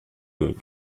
gogh